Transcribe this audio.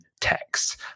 text